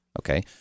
okay